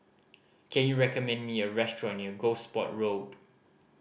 can you recommend me a restaurant near Gosport Road